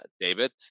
David